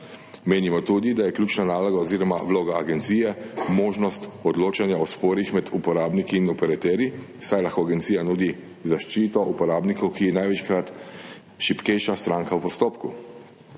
Menimo tudi, da je ključna naloga oziroma vloga agencije možnost odločanja o sporih med uporabniki in operaterji, saj lahko agencija nudi zaščito uporabnikom, ki so največkrat šibkejša stranka v postopku.